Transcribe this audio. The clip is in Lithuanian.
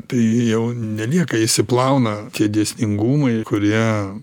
tai jau nelieka išsiplauna tie dėsningumai kurie